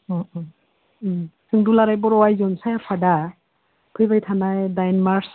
अ अ जों दुलाराय बर' आइजो अनसाय आफादा फैबाय थानाय दाइन मार्च